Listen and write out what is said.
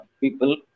people